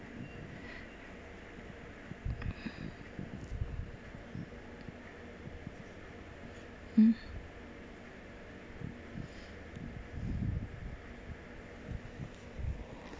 uh